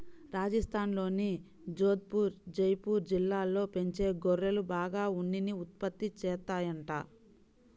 రాజస్థాన్లోని జోధపుర్, జైపూర్ జిల్లాల్లో పెంచే గొర్రెలు బాగా ఉన్నిని ఉత్పత్తి చేత్తాయంట